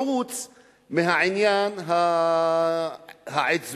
חוץ מהעניין העצבי,